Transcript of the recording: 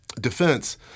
defense